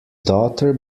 daughter